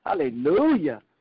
Hallelujah